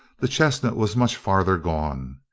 the chestnut was much farther gone.